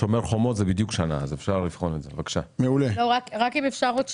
שומר חומות זה בדיוק שנה אז אפשר לבחון את זה.